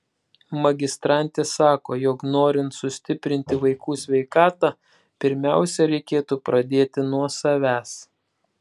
magistrantė sako jog norint sustiprinti vaikų sveikatą pirmiausia reikėtų pradėti nuo savęs